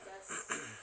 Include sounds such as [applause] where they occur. [coughs]